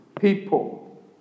people